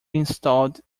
installed